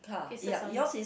pieces only